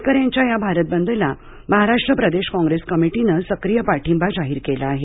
शेतकऱ्यांच्या या भारत बंदला महाराष्ट्र प्रदेश काँग्रेस कमिटीने सक्रीय पाठिंबा जाहीर केला आहे